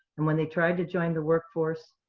and when they tried to join the workforce,